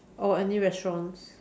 or any restaurants